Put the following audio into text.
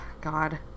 God